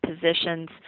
positions